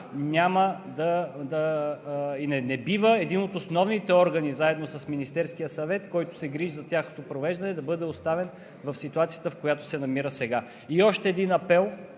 няма и не бива – един от основните органи, заедно с Министерския съвет, който се грижи за тяхното провеждане, да бъде оставен в ситуацията, в която се намира сега. И още един апел